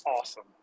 awesome